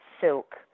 silk